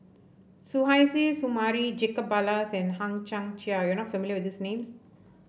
Suzairhe Sumari Jacob Ballas and Hang Chang Chieh you are not familiar with these names